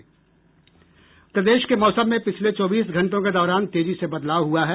प्रदेश के मौसम में पिछले चौबीस घंटों के दौरान तेजी से बदलाव हुआ है